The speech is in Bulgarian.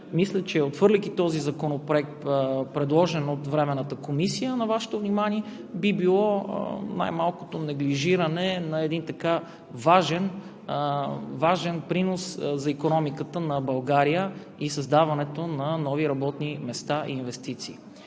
Мисля, че отхвърляйки този законопроект, предложен от Временната комисия на Вашето внимание, би било най-малкото неглижиране на един така важен принос за икономиката на България и създаването на нови работни места и инвестиции.